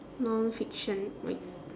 nonfiction